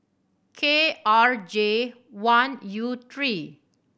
K R J one U three